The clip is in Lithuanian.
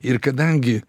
ir kadangi